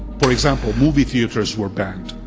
for example, movie theaters were banned.